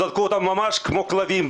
זרקו אותם ממש כמו כלבים.